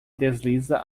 desliza